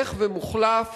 הולך ומוחלף